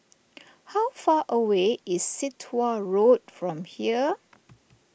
how far away is Sit Wah Road from here